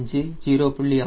5 0